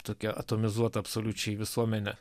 tokia atomizuota absoliučiai visuomenė